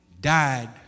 died